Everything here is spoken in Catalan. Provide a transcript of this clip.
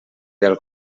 del